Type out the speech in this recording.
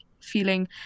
feeling